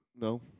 No